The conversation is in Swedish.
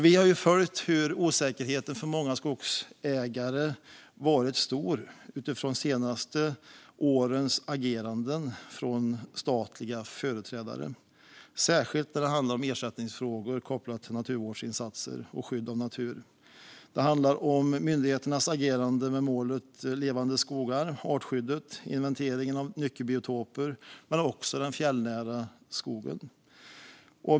Vi har följt hur osäkerheten för många skogsägare har varit stor utifrån de senaste årens agerande från statliga företrädare, särskilt när det gäller ersättningsfrågor kopplat till naturvårdsinsatser och skydd av natur. Det handlar om myndigheternas agerande när det gäller målet om levande skogar, artskyddet, inventeringen av nyckelbiotoper men också den fjällnära skogen.